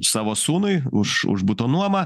savo sūnui už už buto nuomą